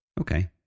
Okay